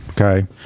okay